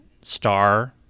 star